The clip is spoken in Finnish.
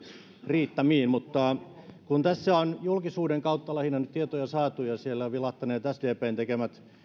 riittämiin kun tässä on julkisuuden kautta lähinnä nyt tietoja saatu ja siellä ovat vilahtaneet sdpn tekemät